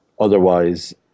Otherwise